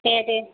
दे दे